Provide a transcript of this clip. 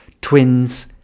Twins